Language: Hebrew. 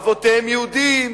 אבותיהם יהודים,